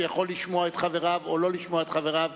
שיכול לשמוע את חבריו או לא לשמוע את חבריו,